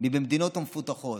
מבמדינות המפותחות.